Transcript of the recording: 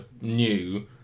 new